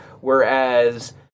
Whereas